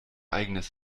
eigenes